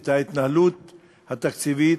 את ההתנהלות התקציבית,